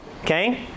Okay